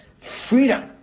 freedom